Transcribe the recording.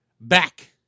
Back